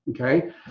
Okay